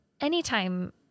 anytime